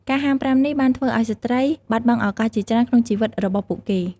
ការហាមប្រាមនេះបានធ្វើឱ្យស្ត្រីបាត់បង់ឱកាសជាច្រើនក្នុងជីវិតរបស់ពួកគេ។